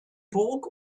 burg